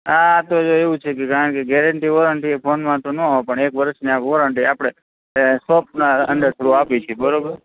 આ તો જો એવું છે કે કારણ કે ગેરંટી વોરંટી ફોનમાં તો ન હોય પણ એક વર્ષની વોરંટી આપણે શૉપના અંડર થ્રુ આપીએ છીએ બરાબર